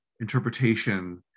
interpretation